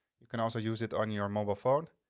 you can also use it on your mobile phone.